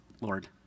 Lord